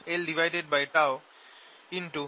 B